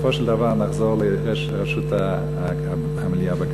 בסופו של דבר נחזור לראש ראשות המליאה בכנסת.